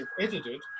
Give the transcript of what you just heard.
edited